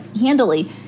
handily